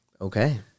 Okay